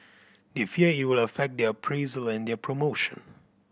they fear it will affect their appraisal and their promotion